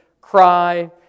cry